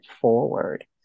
forward